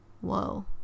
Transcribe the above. whoa